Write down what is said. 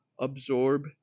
absorb